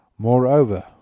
Moreover